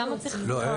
אין.